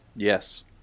Yes